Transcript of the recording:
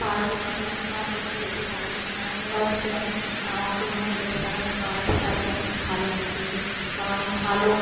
পারব কি না বা আমরা কিছু হতে পারব কি না অন্যরাও তো সেখানে অংশগ্রহণ করেছে তারা হয়তো আমাদের থেকে আরো অনেক ভালো নেচেছে বা অনেক ভালো